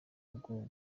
bihugu